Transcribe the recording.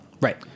Right